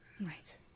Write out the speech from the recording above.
Right